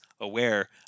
aware